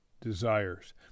desires